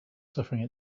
suffering